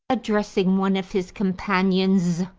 addressing one of his companions,